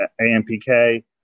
AMPK